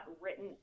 written